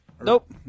Nope